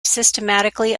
systematically